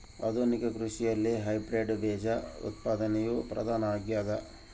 ಆಧುನಿಕ ಕೃಷಿಯಲ್ಲಿ ಹೈಬ್ರಿಡ್ ಬೇಜ ಉತ್ಪಾದನೆಯು ಪ್ರಧಾನ ಆಗ್ಯದ